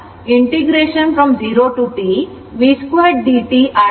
ಆದ್ದರಿಂದ ಇದು 1 T0 0 to T v2dt ಆಗಿದೆ